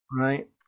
Right